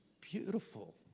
beautiful